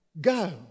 go